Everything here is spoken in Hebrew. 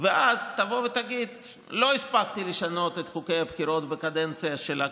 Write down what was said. ואז תבוא ותגיד: לא הספקתי לשנות את חוקי הבחירות בקדנציה של הכנסת,